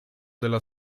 della